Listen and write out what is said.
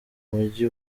muji